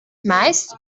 meist